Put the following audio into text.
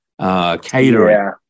catering